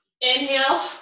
inhale